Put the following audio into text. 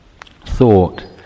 thought